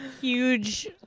huge